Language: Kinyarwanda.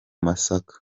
masaka